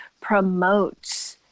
promotes